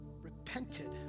repented